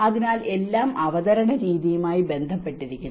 അതിനാൽ എല്ലാം അവതരണ രീതിയുമായി ബന്ധപ്പെട്ടിരിക്കുന്നു